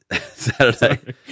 Saturday